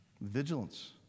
Vigilance